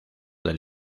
del